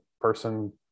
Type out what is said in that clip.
person